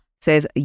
says